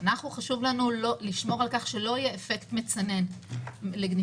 חשוב לנו לשמור על כך שלא יהיה אפקט מצנן לנפגעי